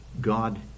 God